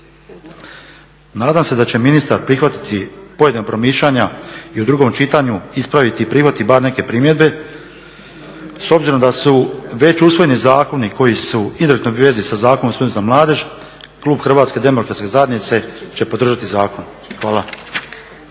Nadam se da će ministar prihvatiti pojedina promišljanja i u drugom čitanju ispraviti i prihvatiti bar neke primjedbe s obzirom da su već usvojeni zakoni koji su u izravnoj vezi sa Zakonom o sudovima za mladež, klub Hrvatske demokratske zajednice će podržati zakon. Hvala.